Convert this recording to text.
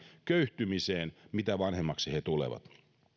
köyhtymiseen siinä mitä vanhemmaksi he tulevat